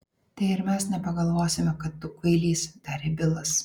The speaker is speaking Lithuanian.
tai ir mes nepagalvosime kad tu kvailys tarė bilas